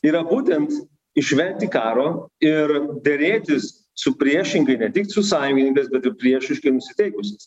yra būtent išvengti karo ir derėtis su priešingai ne tik su sajungininkais bet ir priešiškai nusiteikusiais